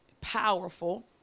powerful